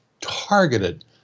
targeted